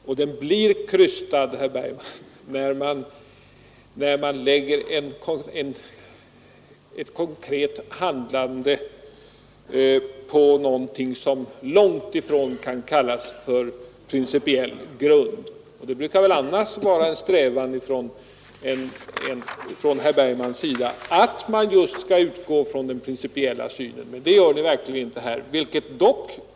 Och den blir krystad, herr Bergman, när man bygger ett konkret handlande på något som långt ifrån kan kallas för principiell grund. Det brukar väl annars vara en strävan från herr Bergmans sida att just utgå från den principiella synen. Det gör Ni verkligen inte här.